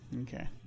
Okay